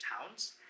towns